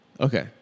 Okay